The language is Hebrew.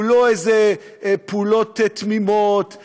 הוא לא איזה פעולות תמימות,